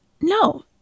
no